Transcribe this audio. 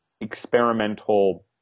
experimental